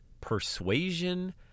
persuasion